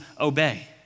obey